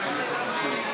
לא תענוג גדול.